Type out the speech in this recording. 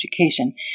education